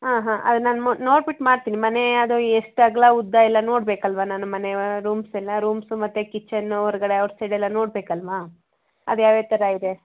ಆಂ ಹಾಂ ಅದು ನಾನು ಮ ನೋಡ್ಬಿಟ್ಟು ಮಾಡ್ತೀನಿ ಮನೆ ಅದು ಎಷ್ಟು ಅಗಲ ಉದ್ದ ಎಲ್ಲ ನೋಡಬೇಕಲ್ವಾ ನಾನು ಮನೆ ರೂಮ್ಸ್ ಎಲ್ಲ ರೂಮ್ಸು ಮತ್ತು ಕಿಚನ್ನು ಹೊರ್ಗಡೆ ಔಟ್ಸೈಡ್ ಎಲ್ಲ ನೋಡಬೇಕಲ್ವಾ ಅದು ಯಾವ ಯಾವ ಥರ ಇದೆ